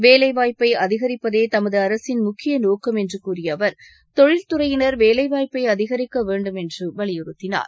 வேலைவாய்ப்பை அதிகரிப்பதே தமது அரசின் முக்கிய நோக்கம் என்று கூறிய அவர் தொழில் துறையினர் வேலைவாய்ப்பை அதிகரிக்க வேண்டும் என்று வலியுறுத்தினார்